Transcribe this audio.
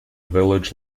village